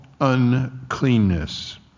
uncleanness